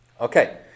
Okay